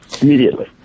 immediately